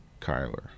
Kyler